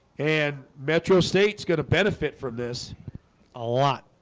and metro state's gonna benefit from this a lot.